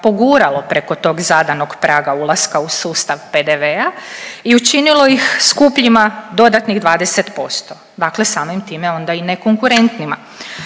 poguralo preko tog zadanog praga ulaska u sustav PDV-a i učinilo ih skupljima dodatnih 20%, dakle samim time onda i ne konkurentnima.